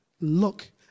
look